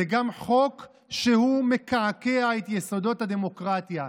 זה גם חוק שמקעקע את יסודות הדמוקרטיה.